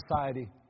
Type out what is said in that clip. society